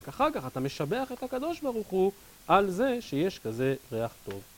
אחר כך אתה משבח את הקדוש ברוך הוא על זה שיש כזה ריח טוב.